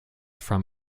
from